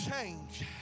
change